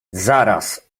zaraz